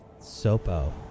Sopo